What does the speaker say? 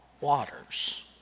waters